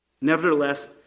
Nevertheless